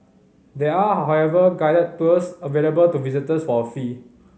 there are however guided tours available to visitors for a fee